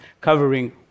covering